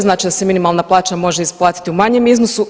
Znači da se minimalna plaća može isplatiti u manjem iznosu.